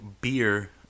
beer